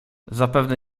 zapewne